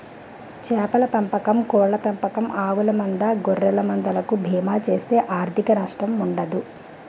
చేపల పెంపకం కోళ్ళ పెంపకం ఆవుల మంద గొర్రెల మంద లకు బీమా చేస్తే ఆర్ధిక నష్టం ఉండదు